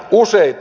useita